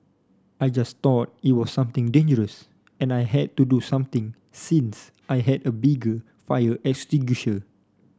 I just thought it was something dangerous and I had to do something since I had a bigger fire extinguisher